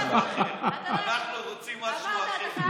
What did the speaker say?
אנחנו רוצים משהו אחר.